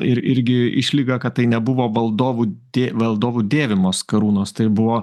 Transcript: ir irgi išlygą kad tai nebuvo valdovų dė valdovų dėvimos karūnos tai buvo